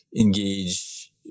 engage